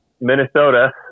Minnesota